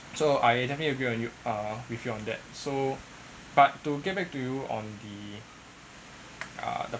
so I definitely agree on you uh with you on that so but to get back to you on the err